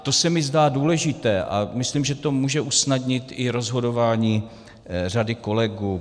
To se mi zdá důležité a myslím, že to může usnadnit i rozhodování řady kolegů.